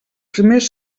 primers